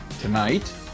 tonight